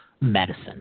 medicine